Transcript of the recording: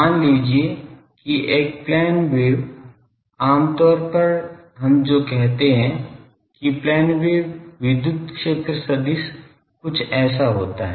मान लीजिए कि एक प्लेन वेव आम तौर पर हम जो कहते हैं कि प्लेन वेव plane wave विद्युत क्षेत्र सदिश कुछ ऐसा होता है